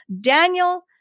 Daniel